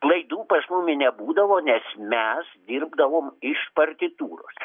klaidų pas mumi nebūdavo nes mes dirbdavom iš partitūros